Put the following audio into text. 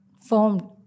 formed